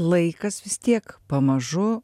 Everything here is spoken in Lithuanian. laikas vis tiek pamažu